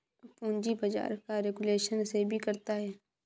पूंजी बाजार का रेगुलेशन सेबी करता है